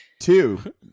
Two